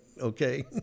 okay